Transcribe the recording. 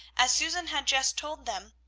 as susan had just told them,